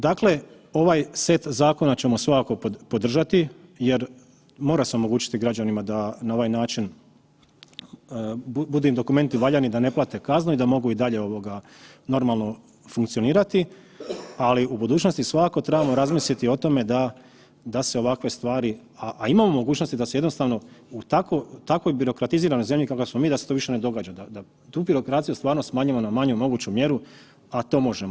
Dakle, ovaj set zakona ćemo svakako podržati jer mora se omogućiti građanima da na ovaj način budu im dokumenti valjani da ne plate kaznu i da mogu i dalje ovoga normalno funkcionirati, ali u budućnosti svakako trebamo razmisliti o tome da, da se ovakve stvari, a imamo mogućnosti da se jednostavno u tako, takvoj birokratiziranoj zemlji kakva smo mi da se to više ne događa, da tu birokraciju stvarno smanjimo na manju moguću mjeru, a to možemo.